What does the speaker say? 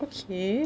okay